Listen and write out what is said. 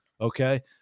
Okay